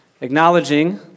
acknowledging